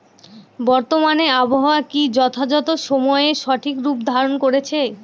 বর্তমানে আবহাওয়া কি যথাযথ সময়ে সঠিক রূপ ধারণ করছে?